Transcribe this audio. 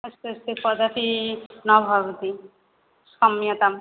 अस्तु अस्तु कदापि न भवति क्षम्यताम्